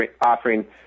offering